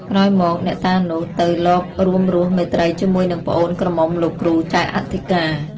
ក្រោយមកអ្នកតានោះ ទៅលបរួមរស់មេត្រីជាមួយនឹងប្អូនក្រមុំលោកគ្រូចៅអធិការ ។